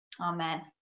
Amen